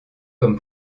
comme